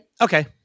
Okay